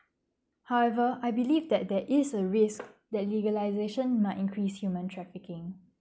however I believed that there is a risk that legalisation might increase human trafficking